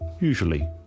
usually